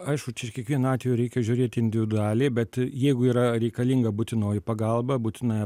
aišku čia kiekvienu atveju reikia žiūrėti individualiai bet jeigu yra reikalinga būtinoji pagalba būtinąją